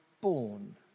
born